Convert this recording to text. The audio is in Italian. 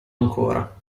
ancora